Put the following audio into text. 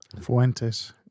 Fuentes